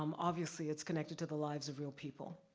um obviously, it's connected to the lives of your people.